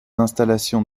installations